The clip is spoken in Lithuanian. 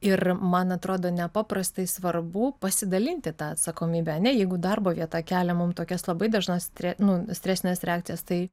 ir man atrodo nepaprastai svarbu pasidalinti tą atsakomybę ar ne jeigu darbo vieta kelia mum tokias labai dažnas stre nu stresines reakcijas tai